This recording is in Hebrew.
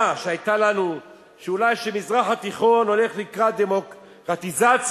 שהיתה לנו שאולי המזרח התיכון הולך לקראת דמוקרטיזציה,